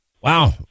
Wow